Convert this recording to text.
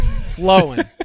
flowing